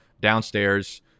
downstairs